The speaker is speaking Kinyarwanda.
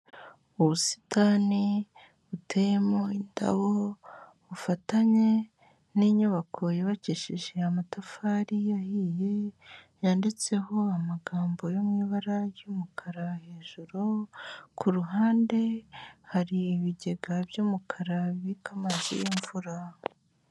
Ubusitani buteyemo indabo, bufatanye n'inyubako yubakishije amatafari ahiye, yanditseho amagambo yo mu ibara ry'umukara hejuru, ku ruhande hari ibigega by'umukara bibika amazi y'imvura.